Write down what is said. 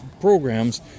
programs